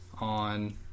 on